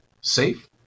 safe